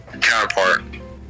counterpart